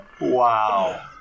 Wow